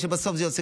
ובסוף זה יוצא,